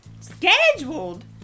Scheduled